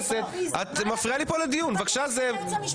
אל תתלוננו על פיליבסטר מסכן ומצ'וקמק שהתקנון בכנסת ישראל מאפשר,